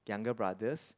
younger brothers